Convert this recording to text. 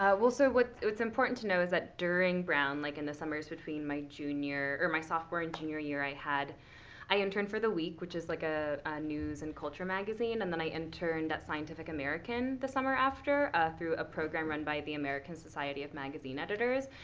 well, so what's what's important to know is that during brown like in the summers between my junior or my software and junior year, i had i interned for the week, which is like a news and culture magazine. and then i interned at scientific american the summer after through a program run by the american society of magazine editors,